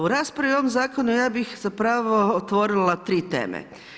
U raspravi o ovom zakonu ja bih zapravo otvorila tri teme.